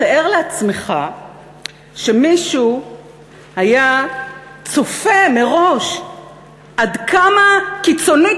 תאר לעצמך שמישהו היה צופה מראש עד כמה קיצונית